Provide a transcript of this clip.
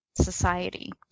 society